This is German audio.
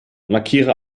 markiere